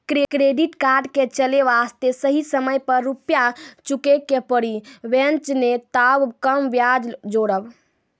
Credit card के चले वास्ते सही समय पर रुपिया चुके के पड़ी बेंच ने ताब कम ब्याज जोरब?